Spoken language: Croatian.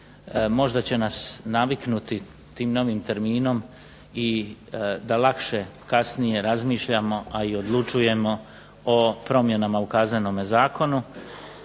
možda će nas naviknuti tim novim terminom i da lakše kasnije razmišljamo, a i odlučujemo o promjenama u Kaznenome zakonu,